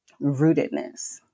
rootedness